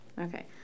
Okay